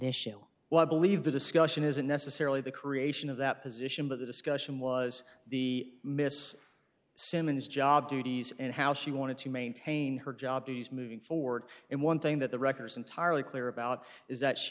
issue well i believe the discussion isn't necessarily the creation of that position but the discussion was the miss symons job duties and how she wanted to maintain her job duties moving forward and one thing that the record is entirely clear about is that she